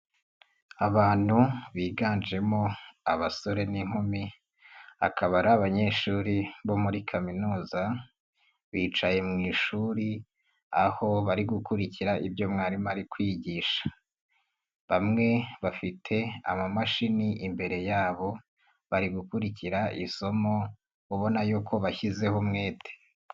Abantu biganjemo abasore n'inkumi, akaba ari abanyeshuri bo muri kaminuza, bicaye mu ishuri aho bari gukurikira ibyo mwarimu ari kwigisha, bamwe bafite amamashini imbere yabo, bari gukurikira isomo ubona yuko bashyizeho umwete.